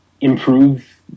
improve